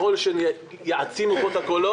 ככל שיעצימו פה את הקולות